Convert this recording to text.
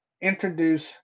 introduce